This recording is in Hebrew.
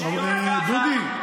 דודי,